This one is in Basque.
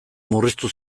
murriztu